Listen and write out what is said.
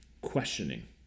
questioning